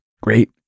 Great